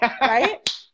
Right